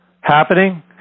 happening